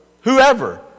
whoever